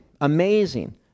amazing